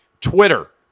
Twitter